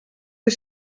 fer